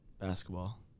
basketball